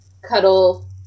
Cuddle